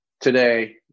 today